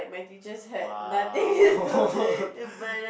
!wow!